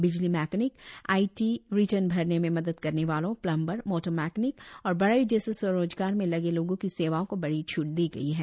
बिजली mechanic IT return भरने में मदद करने वालों प्लंबर मोटर मैकेनिक और बढ़ई जैसे स्वरोजगार में लगे लोगों की सेवाओं को बड़ी छूट दी गई है